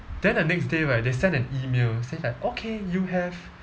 then the next day right they send an email say like okay you have